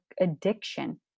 addiction